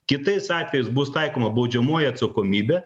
kitais atvejais bus taikoma baudžiamoji atsakomybė